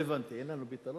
לא הבנתי, אין לנו פתרון?